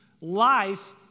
life